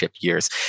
years